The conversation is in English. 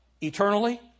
eternally